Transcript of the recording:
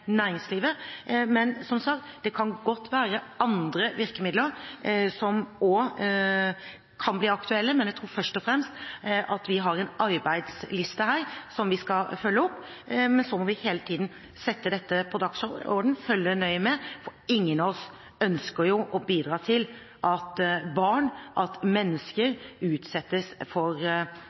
næringslivet. Som sagt, det kan godt være andre virkemidler som også kan bli aktuelle, men vi har først og fremst en arbeidsliste her som vi skal følge opp. Så må vi hele tiden sette dette på dagsordenen, følge nøye med, for ingen av oss ønsker å bidra til at mennesker – barn – utsettes for